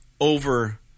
over